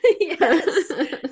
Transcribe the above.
Yes